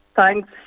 Thanks